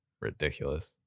ridiculous